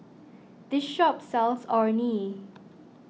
this shop sells Orh Nee